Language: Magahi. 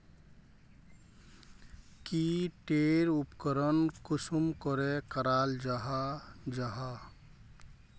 की टेर उपकरण कुंसम करे कराल जाहा जाहा?